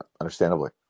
understandably